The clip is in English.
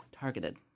targeted